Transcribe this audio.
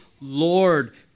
Lord